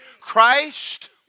Christ